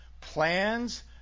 plans